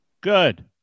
Good